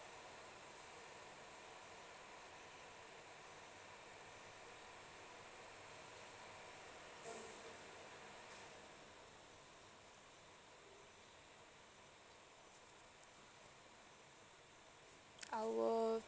I will